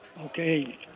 okay